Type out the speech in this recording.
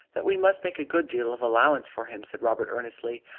that we must make a good deal of allowance for him, said robert earnestly.